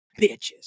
Bitches